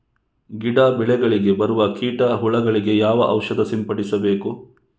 ಗಿಡ, ಬೆಳೆಗಳಿಗೆ ಬರುವ ಕೀಟ, ಹುಳಗಳಿಗೆ ಯಾವ ಔಷಧ ಸಿಂಪಡಿಸಬೇಕು?